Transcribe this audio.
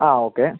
ആ ഓക്കെ